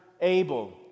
abel